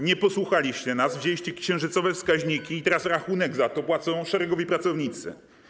Nie posłuchaliście nas, wzięliście księżycowe wskaźniki i teraz rachunek za to płacą szeregowi pracownicy.